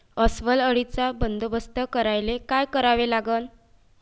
अस्वल अळीचा बंदोबस्त करायले काय करावे लागन?